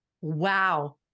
wow